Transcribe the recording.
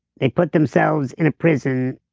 they've put themselves in a prison,